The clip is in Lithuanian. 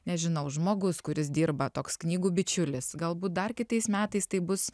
nežinau žmogus kuris dirba toks knygų bičiulis galbūt dar kitais metais tai bus